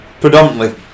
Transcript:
predominantly